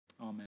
Amen